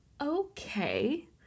okay